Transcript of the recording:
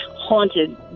haunted